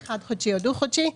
חד-חודשי או דו-חודשית.